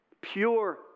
pure